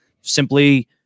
simply